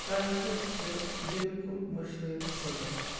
culture چھِ بالکُل مشرٲوِتھ ژھٕنان